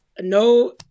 no